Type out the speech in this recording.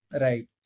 Right